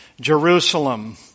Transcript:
Jerusalem